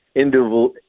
individual